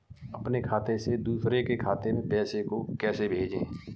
अपने खाते से दूसरे के खाते में पैसे को कैसे भेजे?